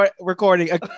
recording